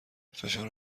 فشار